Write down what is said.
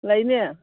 ꯂꯩꯅꯦ